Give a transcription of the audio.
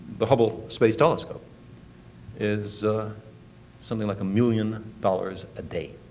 the hubble space telescope is something like a million dollars a day.